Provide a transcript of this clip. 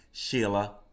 sheila